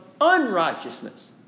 unrighteousness